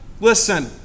Listen